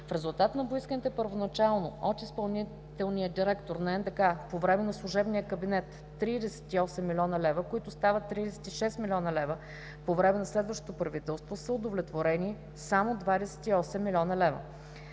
В резултат на поисканите първоначално от изпълнителния директор на НДК по време на служебния кабинет 38 млн. лв., които стават 36 млн. лв. по време на следващото правителство, са удовлетворени само 28 млн. лв.